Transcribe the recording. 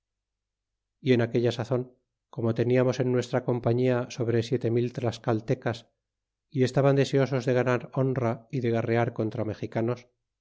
y en aquella sazon como teniamos en nuestra compañía sobre siete mil tlascaltecas y estaban deseosos de ganar honra y de guerrear contra mexicanos